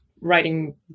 writing